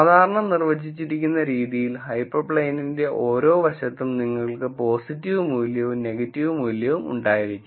സാധാരണ നിർവചിച്ചിരിക്കുന്ന രീതിയിൽ ഹൈപ്പർപ്ലെയിനിന്റെ ഓരോ വശത്തും നിങ്ങൾക്ക് പോസിറ്റീവ് മൂല്യവും നെഗറ്റീവ് മൂല്യവും ഉണ്ടായിരിക്കും